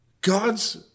God's